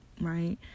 right